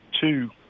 two